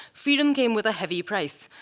freedom came with a heavy price.